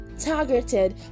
targeted